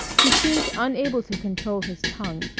he seemed unable to control his tongue,